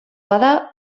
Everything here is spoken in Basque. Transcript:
bada